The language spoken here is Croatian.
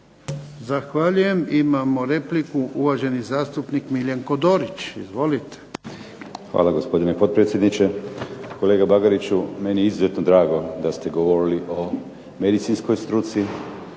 Zahvaljujem. Imamo repliku uvaženi zastupnik Miljenko Dorić. Izvolite. **Dorić, Miljenko (HNS)** Hvala gospodine potpredsjedniče. Kolega Bagariću, meni je izuzetno drago da ste govorili o medicinskoj struci